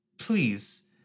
please